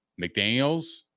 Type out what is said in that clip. McDaniels